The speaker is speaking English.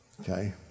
okay